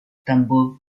tambov